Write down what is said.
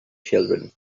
children